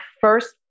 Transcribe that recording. first